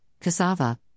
cassava